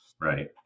Right